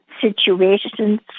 situations